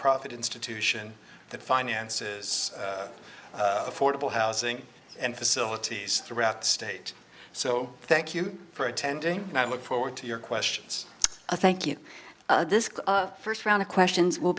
profit institution that finances affordable housing and facilities throughout the state so thank you for attending and i look forward to your questions i thank you this first round of questions will